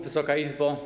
Wysoka Izbo!